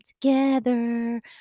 together